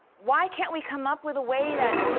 why can't we come up with a way that